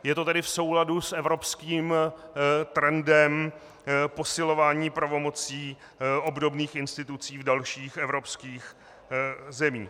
Je to tedy v souladu s evropským trendem posilování pravomocí obdobných institucí v dalších evropských zemích.